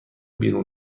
بیرون